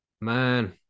Man